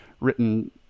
written